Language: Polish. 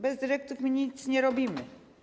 Bez dyrektyw my nic nie robimy.